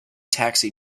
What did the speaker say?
taxi